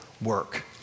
work